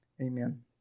Amen